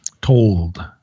told